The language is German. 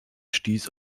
stieß